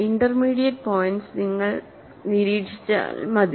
intermediate points നിങ്ങൾ നിരീക്ഷിച്ചാൽ മതി